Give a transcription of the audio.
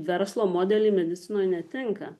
verslo modeliai medicinoj netinka